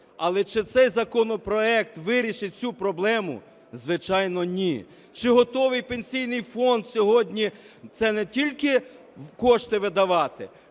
Але чи цей законопроект вирішить цю проблему? Звичайно, ні. Чи готовий Пенсійний фонд сьогодні? Це не тільки кошти видавати,